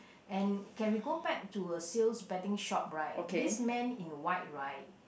and can we go back to a sales betting shop right this man in white right